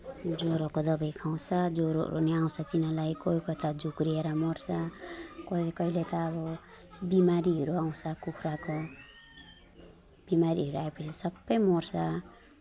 ज्वरोको दबाई खुवाउँछ ज्वरोहरू नि आउँछ तिनीहरूलाई कोही कोही त झोक्रिएर मर्छ कोही कहिले त अब बिमारीहरू आउँछ कुखुराको बिमारीहरू आए पछि सबै मर्छ